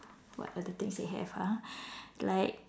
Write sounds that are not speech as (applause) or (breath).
what other things they have ah (breath) like